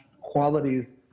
qualities